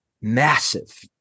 massive